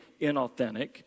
inauthentic